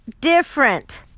different